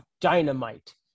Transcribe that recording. dynamite